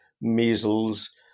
measles